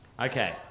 Okay